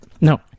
No